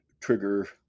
trigger